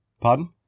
Pardon